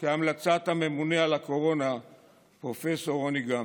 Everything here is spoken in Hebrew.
כהמלצת הממונה על הקורונה פרופ' רוני גמזו.